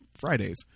Fridays